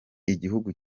igihugu